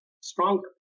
stronger